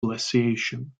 glaciation